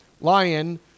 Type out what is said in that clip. lion